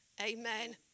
amen